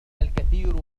الكثير